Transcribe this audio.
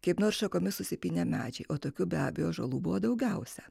kaip nors šakomis susipynę medžiai o tokių be abejo ąžuolų buvo daugiausiai